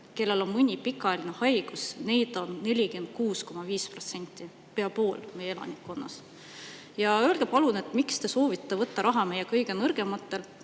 kellel on mõni pikaajaline haigus, on 46,5% – pea pool meie elanikkonnast. Öelge palun, miks te soovite ära võtta raha meie kõige nõrgematelt